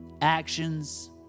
actions